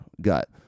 gut